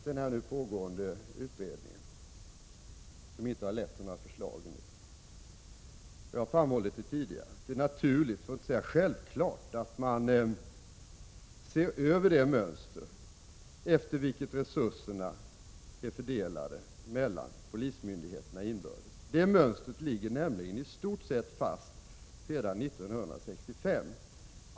Den nu pågående utredningen har ännu inte lett till några förslag. Jag har framhållit tidigare att det är naturligt för att inte säga självklart att man ser över det mönster efter vilket resurserna är fördelade mellan polismyndigheterna inbördes. Det mönstret ligger nämligen i stort sett fast sedan 1965.